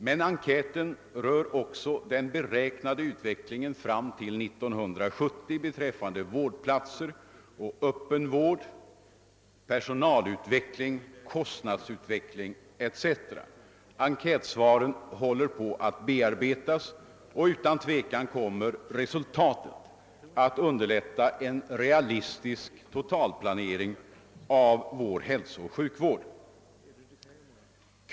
Men enkäten omfattar även den beräknade utvecklingen fram till 1970-talet beträffande vårdplatser, öppen vård, personalutveckling, kostnadsutveckling etc. Enkätsvaren håller nu på att bearbetas, och utan tvivel kommer resultatet att underlätta en realistisk totalplanering av vår hälsooch sjukvård.